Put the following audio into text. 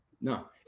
no